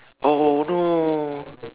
oh no